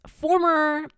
former